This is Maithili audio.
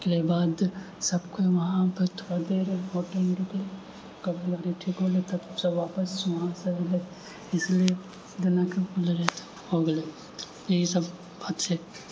ओकरा बाद सभ केओ वहाँ पर थोड़ा देर होटलमे रुकलियै तब गाड़ी ठीक होलै तऽ सभ आपस वहाँसँ ऐलियै इसलिए जेनाकि होले रहै हो गेलै इएह सभ बात छै